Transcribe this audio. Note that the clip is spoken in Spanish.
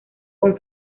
con